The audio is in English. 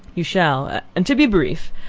you shall and, to be brief,